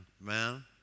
man